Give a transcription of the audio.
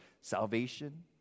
salvation